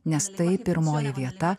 nes tai pirmoji vieta